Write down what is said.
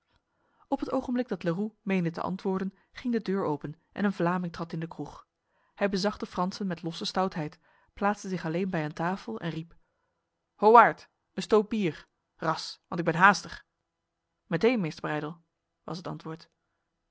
op het ogenblik dat leroux meende te antwoorden ging de deur open en een vlaming trad in de kroeg hij bezag de fransen met losse stoutheid plaatste zich alleen bij een tafel en riep ho waard een stoop bier ras want ik ben haastig meteen meester breydel was het antwoord